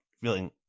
feeling